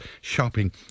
shopping